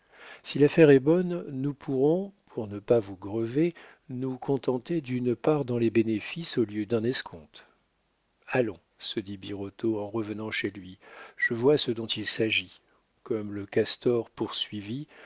si l'affaire est bonne nous pourrons pour ne pas vous grever nous contenter d'une part dans les bénéfices au lieu d'un escompte allons se dit birotteau en revenant chez lui je vois ce dont il s'agit comme le castor poursuivi